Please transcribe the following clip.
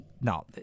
no